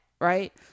right